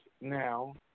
now